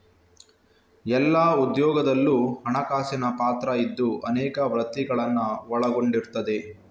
ಎಲ್ಲಾ ಉದ್ಯೋಗದಲ್ಲೂ ಹಣಕಾಸಿನ ಪಾತ್ರ ಇದ್ದು ಅನೇಕ ವೃತ್ತಿಗಳನ್ನ ಒಳಗೊಂಡಿರ್ತದೆ